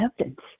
evidence